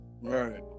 right